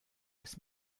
des